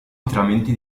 interamente